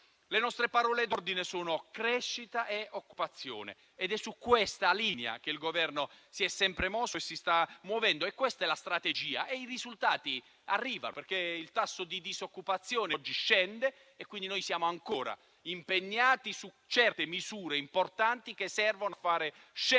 Le nostre parole d'ordine sono crescita e occupazione ed è su questa linea che il Governo si è sempre mosso e si sta muovendo. Questa è la strategia e i risultati arrivano, perché il tasso di disoccupazione oggi scende e quindi siamo ancora impegnati su certe misure importanti che servono a farlo scendere